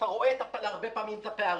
רואים הרבה פעמים את הפערים.